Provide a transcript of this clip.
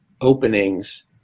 openings